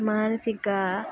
మానసిక